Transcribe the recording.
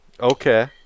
Okay